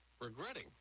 regretting